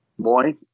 boy